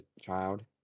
child